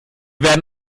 werden